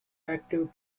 active